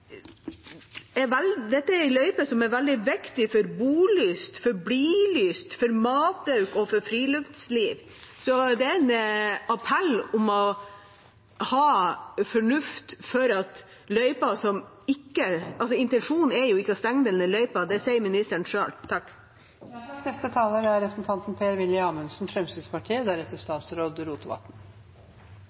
Dette er løyper som er veldig viktige for bolyst, for blilyst, for matauk og for friluftsliv. Det er med en appell om å ha fornuft – intensjonen er ikke å stenge denne løypa, det sier statsråden selv. La meg starte med å svare SV. Det er veldig enkelt å svare SV. Når Fremskrittspartiet